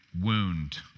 wound